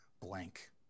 blank